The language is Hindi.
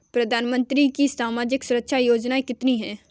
प्रधानमंत्री की सामाजिक सुरक्षा योजनाएँ कितनी हैं?